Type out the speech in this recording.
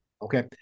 Okay